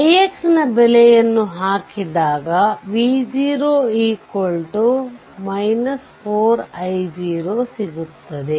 ix ನ ಬೆಲೆಯನ್ನು ಹಾಕಿದಾಗ V0 4 i0 ಸಿಗುತ್ತದೆ